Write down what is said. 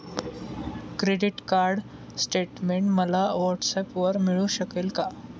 Credit card statement मला व्हॉट्सऍपवर मिळू शकेल का?